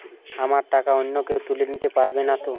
আমার টাকা অন্য কেউ তুলে নিতে পারবে নাতো?